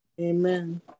Amen